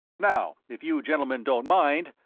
now, if you gentlemen don't mind,